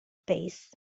space